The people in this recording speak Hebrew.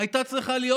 הייתה צריכה להיות: